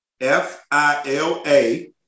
F-I-L-A